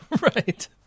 right